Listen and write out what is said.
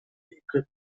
equipment